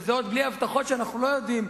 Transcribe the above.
וזה עוד בלי הבטחות שאנחנו לא יודעים,